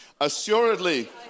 Assuredly